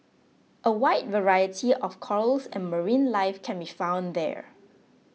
a wide variety of corals and marine life can be found there